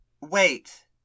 Wait